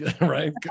right